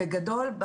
בגדול,